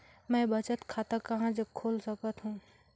मैं बचत खाता कहां जग खोल सकत हों?